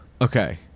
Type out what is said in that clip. okay